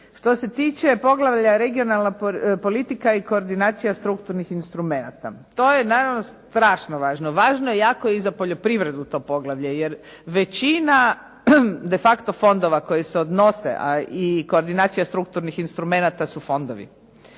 Što se tiče poglavlja – Regionalna politika i koordinacija strukturnih instrumenata to je naravno strašno važno, važno je jako i za poljoprivredu to poglavlje jer većina de facto fondova koji se odnose a i koordinacija strukturnih instrumenata su fondovi.